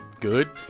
good